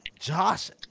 Josh